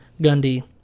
Gundy